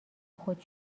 خود